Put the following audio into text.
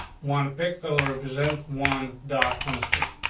one pixel represents one dot on the screen.